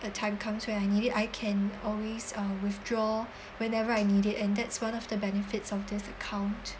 the time comes where I needed I can always uh withdraw whenever I needed and that's one of the benefits of this account